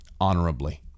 honorably